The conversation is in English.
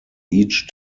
each